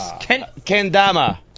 Kendama